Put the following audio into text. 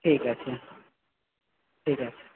ঠিক আছে ঠিক আছে